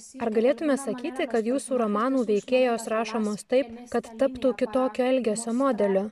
ar galėtume sakyti kad jūsų romanų veikėjos rašomos taip kad taptų kitokio elgesio modeliu